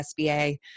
SBA